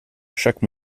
chaque